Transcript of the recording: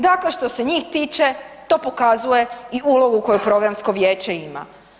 Dakle, što se njih tiče to pokazuje i ulogu koju Programsko vijeće ima.